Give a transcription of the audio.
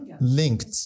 linked